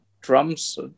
drums